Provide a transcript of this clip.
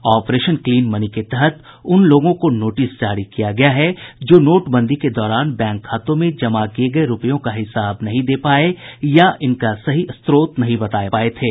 operation clean money के तहत उनलोगों को नोटिस जारी किया गया है जो नोटबंदी के दौरान बैंक खातों में जमा किये गये रूपयों का हिसाब नहीं दे पाये या इनका सही स्त्रोत नहीं बता पाये थे